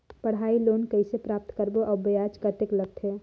पढ़ाई लोन कइसे प्राप्त करबो अउ ब्याज कतेक लगथे?